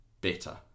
better